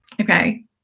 Okay